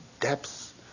depths